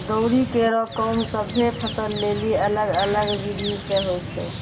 दौरी केरो काम सभ्भे फसल लेलि अलग अलग बिधि सें होय छै?